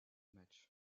match